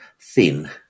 thin